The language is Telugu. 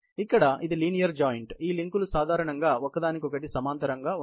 ఇక్కడ ఇది లీనియర్ జాయింట్ ఈ లింకులు సాధారణంగా ఒకదానికొకటి సమాంతరంగా ఉంటాయి